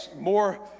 more